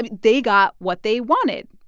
but they got what they wanted.